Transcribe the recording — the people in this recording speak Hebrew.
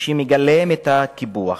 שמגלם את הקיפוח.